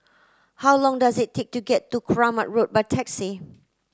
how long does it take to get to Kramat Road by taxi